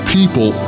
People